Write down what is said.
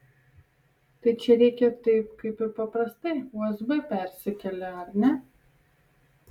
tai čia reikia taip kaip ir paprastai usb persikeli ar ne